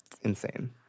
Insane